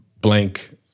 blank